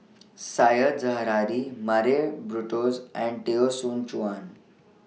Said Zahari Murray Buttrose and Teo Soon Chuan